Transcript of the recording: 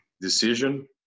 decision